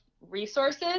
resources